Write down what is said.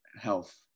health